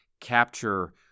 capture